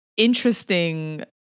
Interesting